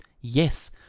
Yes